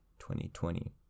2020